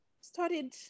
started